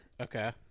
Okay